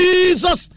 Jesus